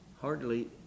Hardly